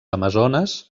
amazones